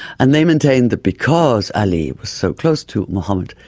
and they maintained that because ali was so close to muhammad,